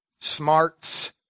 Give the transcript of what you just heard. smarts